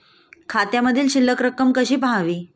खात्यामधील शिल्लक रक्कम कशी पहावी?